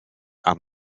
aan